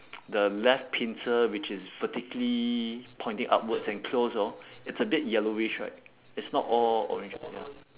the left pincer which is vertically pointing upwards and closed hor it's a bit yellowish right it's not all orange ah ya